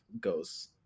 goes